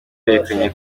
berekanye